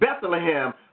Bethlehem